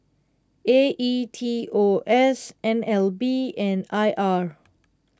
A E T O S N L B and I R